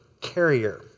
carrier